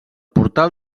portal